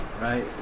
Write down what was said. Right